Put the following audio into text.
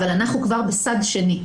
אבל אנחנו כבר בסד שני.